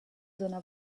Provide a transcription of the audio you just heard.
seiner